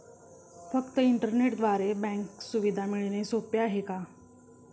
फक्त इंटरनेटद्वारे बँक सुविधा मिळणे सोपे आहे का?